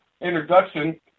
introduction